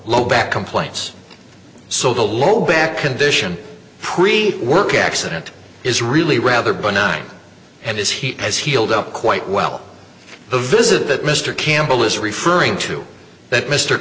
low back complaints so the low back condition pre work accident is really rather benign and his heat has healed up quite well the visit that mr campbell is referring to that mr